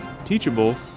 teachable